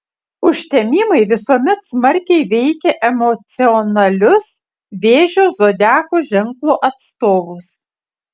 užtemimai visuomet smarkiai veikia emocionalius vėžio zodiako ženklo atstovus